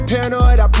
Paranoid